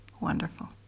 Wonderful